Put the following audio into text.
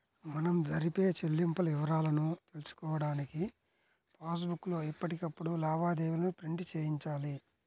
మనం జరిపే చెల్లింపుల వివరాలను తెలుసుకోడానికి పాస్ బుక్ లో ఎప్పటికప్పుడు లావాదేవీలను ప్రింట్ చేయించాలి